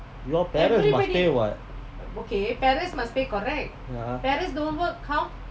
your parents must pay [what]